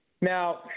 Now